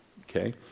Okay